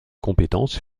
compétence